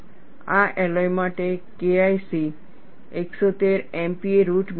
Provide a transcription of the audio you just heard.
આ એલોય માટે KIC 113 MPa root metre છે